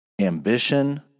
ambition